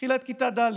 התחילה את כיתה ד',